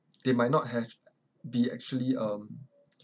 they might not have be actually um